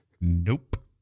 Nope